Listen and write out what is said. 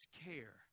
care